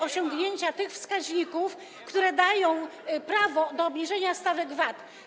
osiągnięcia tych wskaźników, które dają prawo do obniżenia stawek VAT.